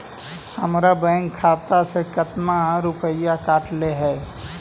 हमरा बैंक खाता से कतना रूपैया कटले है?